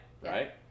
right